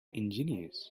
ingenious